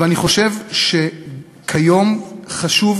ואני חושב שכיום חשוב,